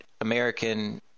American